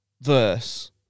verse